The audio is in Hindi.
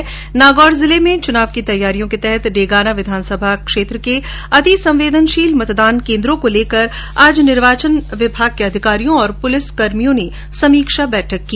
उधर नागौर जिले में चुनाव की र्तयारियों के तहत डेगाना विधानसभा क्षेत्र के अतिसंवेदनशील मतदान केन्द्रों को लेकर आज निर्वाचन अधिकारियों और पूलिसकर्मियों ने समीक्षा बैठक की